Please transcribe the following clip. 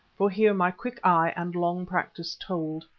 for here my quick eye and long practice told.